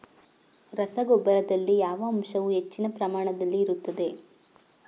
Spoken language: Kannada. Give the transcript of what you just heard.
ರಸಗೊಬ್ಬರದಲ್ಲಿ ಯಾವ ಅಂಶವು ಹೆಚ್ಚಿನ ಪ್ರಮಾಣದಲ್ಲಿ ಇರುತ್ತದೆ?